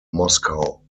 moscow